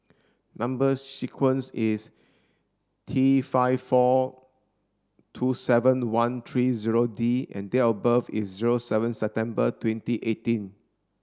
number sequence is T five four two seven one three zero D and date of birth is zero seven September twenty eighteen